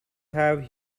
have